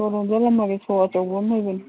ꯁꯣ ꯂꯣꯟꯖꯤꯜꯂꯝꯃꯒꯦ ꯁꯣ ꯑꯆꯧꯕ ꯑꯃ ꯂꯩꯕꯅꯤ